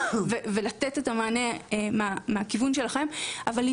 ולתת את המענה מהכיוון שלכם ויחד עם זאת,